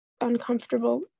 uncomfortable